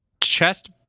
chest